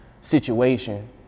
situation